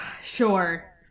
Sure